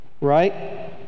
right